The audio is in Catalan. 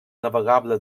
navegable